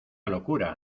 locura